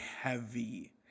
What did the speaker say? heavy